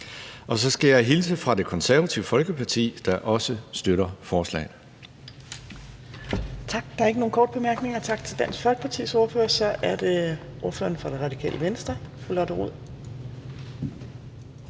Så skal jeg også hilse fra Det Konservative Folkeparti, der også støtter forslaget.